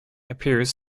appears